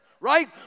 right